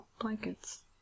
blankets